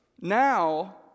Now